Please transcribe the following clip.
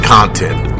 Content